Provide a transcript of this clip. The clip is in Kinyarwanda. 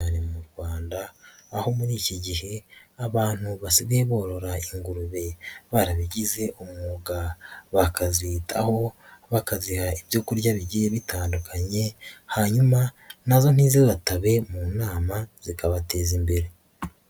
Bari mu Rwanda aho muri iki gihe abantu basigaye borora ingurube barabigize umwuga bakazitaho, bakagiraha ibyo kurya bigiye bitandukanye hanyuma na zo ntizitabe mu nama zikabateza imbere.